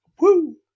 woo